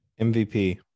MVP